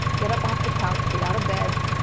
get up off the couch. get out of bed.